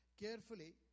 Carefully